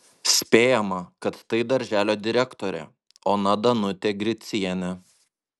spėjama kad tai darželio direktorė ona danutė gricienė